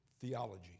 theology